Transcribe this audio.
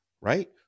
right